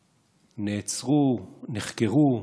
נעצרו, נחקרו,